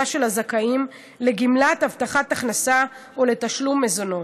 של הזכאים לגמלת הבטחת הכנסה או לתשלום מזונות,